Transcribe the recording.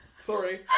Sorry